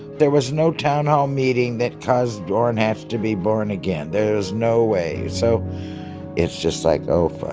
there was no town hall meeting that caused orrin hatch to be born again. there's no way. so it's just like, oh,